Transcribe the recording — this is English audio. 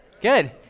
Good